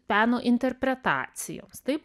peno interpretacijoms taip